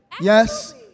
Yes